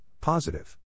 positive